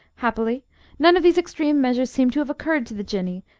happily none of these extreme measures seemed to have occurred to the jinnee,